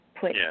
put